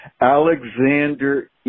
Alexander